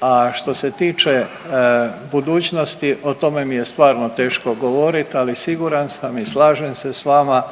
a što se tiče budućnosti o tome mi je stvarno teško govorit, ali siguran sam i slažem se s vama,